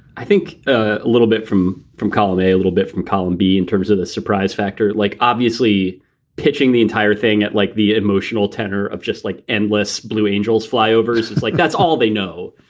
i think a little bit from from column, a a little bit from column b in terms of the surprise factor, like obviously pitching the entire thing. it like the emotional tenor of just like endless blue angels fly overseas. like that's all they know.